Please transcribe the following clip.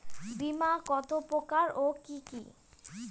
বীমা কত প্রকার ও কি কি?